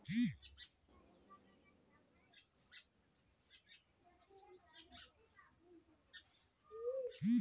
जानवर कुल के अस्पताल में इ सबके दवाई मिलेला